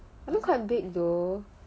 look quite big though